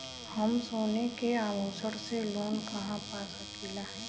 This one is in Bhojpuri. हम सोने के आभूषण से लोन कहा पा सकीला?